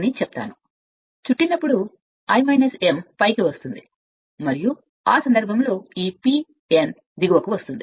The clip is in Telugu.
ఈ l ను చుట్టినప్పుడు చేసినప్పుడు m ఎప్పుడు పైకి వస్తాయి ఎప్పుడు వస్తాయి ఎప్పుడు పైకి వస్తాయి మరియు ఈ P m p l m ఇది l m మరియు ఈ p n దిగువకు వస్తాయి